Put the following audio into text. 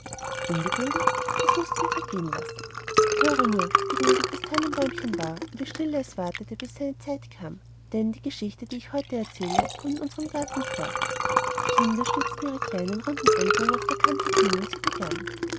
ungeduldig das mußt du dir vergehen lassen höre nur wie geduldig das tannenbäumchen war und wie es stille wartete bis seine zeit kam denn die geschichte die ich heute erzähle kommt in unserm garten vor die kinder stützen ihre kleinen runden ellenbogen auf der tante knie und sie begann